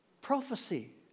prophecy